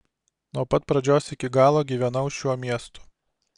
nuo pat pradžios iki galo gyvenau šiuo miestu